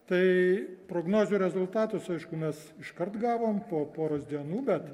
tai prognozių rezultatus aišku mes iškart gavom po poros dienų bet